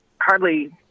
hardly